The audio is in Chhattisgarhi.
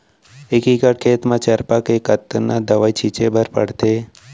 एक एकड़ खेत म चरपा के कतना दवई छिंचे बर पड़थे?